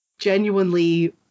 genuinely